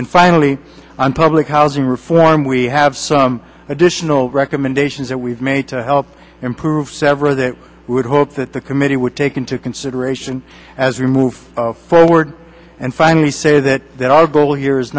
and finally on public housing reform we have some additional recommendations that we've made to help improve several that we would hope that the committee would take into consideration as we move forward and finally say that our goal here is